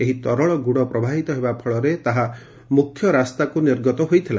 ଏହି ତରଳ ଗୁଡ଼ ପ୍ରବାହିତ ହେବା ଫଳରେ ତାହା ମୁଖ୍ୟ ରାସ୍ତାକୁ ଚାଲି ଆସିଥିଲା